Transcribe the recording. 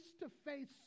face-to-face